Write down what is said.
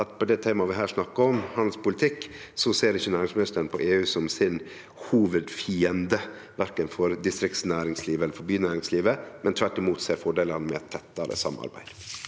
til det temaet vi snakkar om her, handelspolitikk, ser ikkje næringsministeren på EU som sin hovudfiende, verken for distriktsnæringslivet eller for bynæringslivet, men tvert imot ser fordelane med tettare samarbeid.